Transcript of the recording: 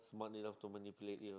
one enough to manipulate you know